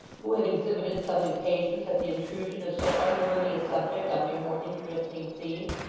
who had exhibited some impatience at the intrusion of so unworthy a subject on their more interesting theme,